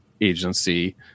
agency